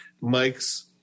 Mike's